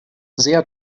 sehr